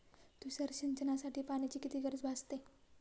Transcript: तुषार सिंचनासाठी पाण्याची किती गरज भासते?